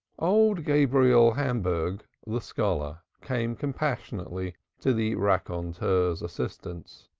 old gabriel hamburg, the scholar, came compassionately to the raconteur's assistance.